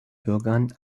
bürgern